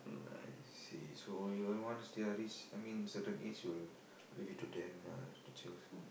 I see so you all want theories I mean certain age you will leave to them lah the church